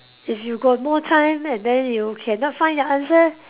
if you got more time and then you cannot find your answer